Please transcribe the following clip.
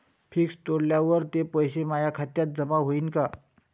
Fix तोडल्यावर ते पैसे माया खात्यात जमा होईनं का?